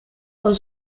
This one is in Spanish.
con